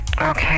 Okay